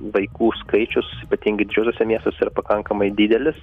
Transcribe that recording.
vaikų skaičius ypatingai didžiuosiuose miestuose yra pakankamai didelis